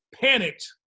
panicked